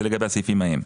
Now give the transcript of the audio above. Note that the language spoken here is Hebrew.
זה לגבי הסעיפים ההם.